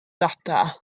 data